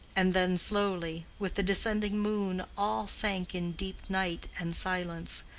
and then slowly with the descending moon all sank in deep night and silence,